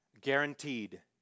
guaranteed